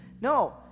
no